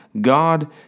God